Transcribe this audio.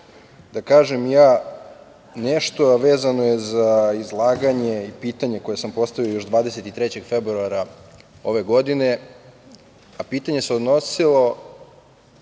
da kažem i ja nešto, a vezano je za izlaganje i pitanje koje sam postavio još 23. februara ove godine. Pitanje se odnosilo